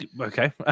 Okay